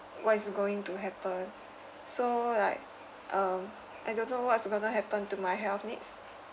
what is going to happen so like um I don't know what's gonna happen to my health needs